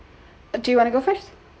ah do you want to go first